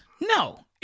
No